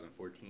2014